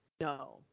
No